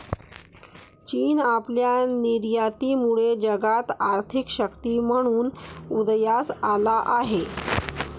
चीन आपल्या निर्यातीमुळे जगात आर्थिक शक्ती म्हणून उदयास आला आहे